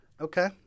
Okay